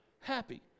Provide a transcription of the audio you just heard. happy